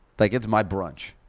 like it's my brunch.